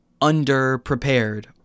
underprepared